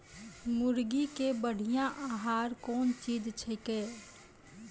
मुर्गी के बढ़िया आहार कौन चीज छै के?